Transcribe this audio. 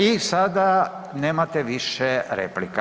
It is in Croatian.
I sada nemate više replika.